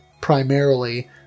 primarily